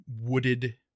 wooded